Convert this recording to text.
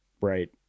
right